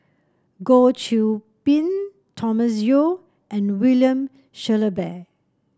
Goh Qiu Bin Thomas Yeo and William Shellabear